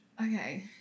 Okay